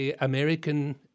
American